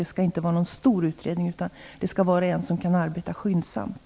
Det skall inte vara någon stor utredning, utan en som kan arbeta skyndsamt.